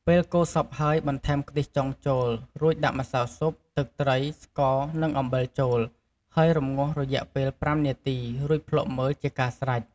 ពេលកូរសព្វហើយបន្ថែមខ្ទិះចុងចូលរួចដាក់ម្សៅស៊ុប ទឹកត្រី ស្ករនិងអំបិលចូល ហើយរម្ងាស់រយៈពេល៥នាទីរួចភ្លក្សមើលជាការស្រេច។